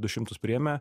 du šimtus priėmė